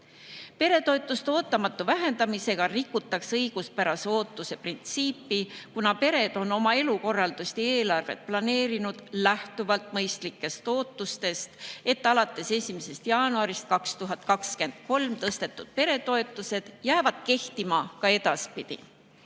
Peretoetuste ootamatu vähendamisega rikutaks õiguspärase ootuse printsiipi, kuna pered on oma elukorraldust ja eelarvet planeerinud lähtuvalt mõistlikest ootustest, et alates 1. jaanuarist 2023 tõstetud peretoetused jäävad kehtima ka edaspidi.